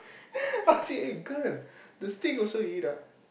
I say eh girl the stick also you eat ah